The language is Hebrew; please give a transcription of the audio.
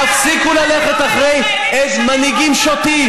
תפסיקו ללכת אחרי מנהיגים שוטים.